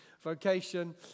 vocation